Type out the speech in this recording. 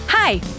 Hi